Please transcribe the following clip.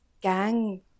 gang